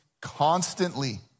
constantly